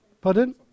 Pardon